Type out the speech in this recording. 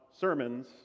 sermons